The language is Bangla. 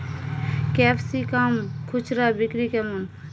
ক্যাপসিকাম খুচরা বিক্রি কেমন?